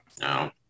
No